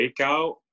takeout